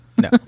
no